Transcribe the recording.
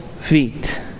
feet